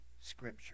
scripture